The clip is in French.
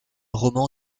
roman